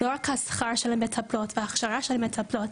לא רק השכר שלהם מטפלות והכשרה של המטפלות,